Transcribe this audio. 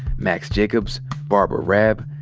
max jacobs, barbara raab,